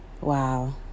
Wow